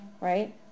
right